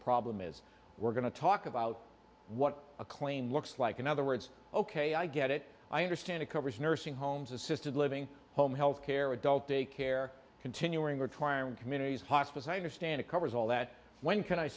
problem is we're going to talk about what a claim looks like in other words ok i get it i understand it covers nursing homes assisted living home health care adult day care continuing to try and communities hospice i understand it covers all that when can i